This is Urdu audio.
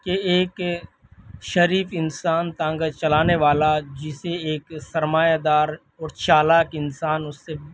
کہ ایک شریف انسان تانگہ چلانے والا جسے ایک سرمایہ دار اور چالاک انسان اس سے